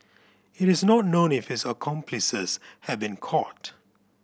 it is not known if his accomplices have been caught